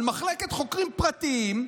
על מחלקת חוקרים פרטיים,